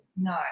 No